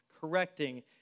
correcting